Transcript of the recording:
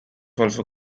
also